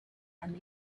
and